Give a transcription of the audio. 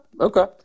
Okay